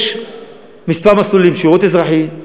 יש כמה מסלולים: שירות אזרחי,